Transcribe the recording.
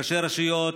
וראשי רשויות,